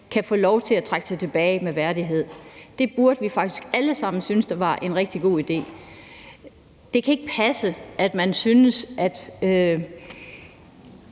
kan få lov til at trække sig tilbage med værdighed. Det burde vi faktisk alle sammen synes var en rigtig god idé. Det kan ikke passe, at nogen synes, at